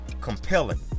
compelling